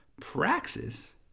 Praxis